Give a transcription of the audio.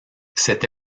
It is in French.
cette